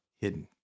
hidden